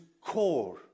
core